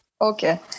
Okay